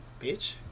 bitch